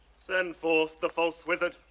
send forth the false wizard.